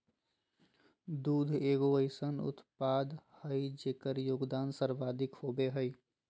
दुग्ध एगो अइसन उत्पाद हइ जेकर योगदान सर्वाधिक होबो हइ